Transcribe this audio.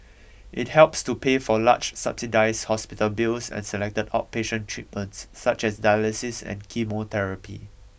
it helps to pay for large subsidised hospital bills and selected outpatient treatments such as dialysis and chemotherapy